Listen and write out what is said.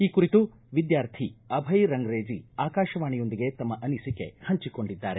ಈ ಕುರಿತು ವಿದ್ದಾರ್ಥಿ ಅಭಯ ರಂಗ್ರೇಜಿ ಆಕಾಶವಾಣಿಯೊಂದಿಗೆ ತಮ್ನ ಅನಿಸಿಕೆ ಹಂಚಿಕೊಂಡಿದ್ದಾರೆ